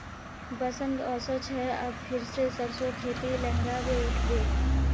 बसंत ओशो छे अब फिर से सरसो खेती लहराबे उठ बे